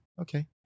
Okay